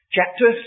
Chapter